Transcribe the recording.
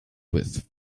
with